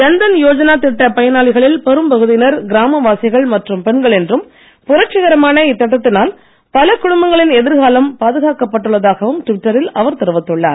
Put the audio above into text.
ஜன்தன் யோஜனா திட்டப் பயனாளிகளில் பெரும் பகுதியினர் கிராம வாசிகள் மற்றும் பெண்கள் என்றும் புரட்சிகரமான இத்திட்டத்தினால் பல குடும்பங்களின் எதிர்காலம் பாதுகாக்கப் பட்டுள்ளதாகவும் ட்விட்டரில் அவர் தெரிவித்துள்ளார்